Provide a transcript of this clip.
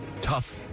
tough